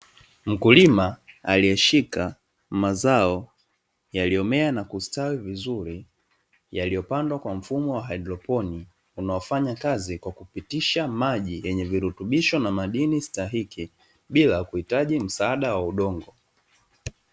Mkulima aliyeshika mazao yaliyomea na kustawi vizuri, yaliyopandwa kwa mfumo wa haidroponi unaofanya kazi kwa kupitisha maji yenye virutubisho na madini stahiki bila kuhitaji msaada wa udongo.